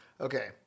Okay